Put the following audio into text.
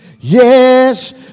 Yes